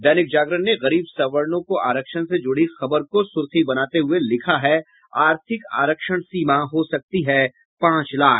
दैनिक जागरण ने गरीब सवर्णों को आरक्षण से जुड़ी खबरों को सुर्खी बनाते हुए लिखा है आर्थिक आरक्षण सीमा हो सकती है पांच लाख